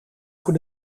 voor